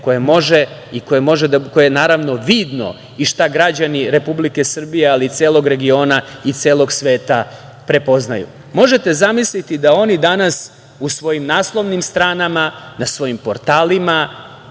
koje može i koje je naravno, vidno i šta građani Republike Srbije, ali i celog regiona i celog sveta prepoznaju. Možete zamisliti da oni danas u svojim naslovnim stranama, na svojim portalima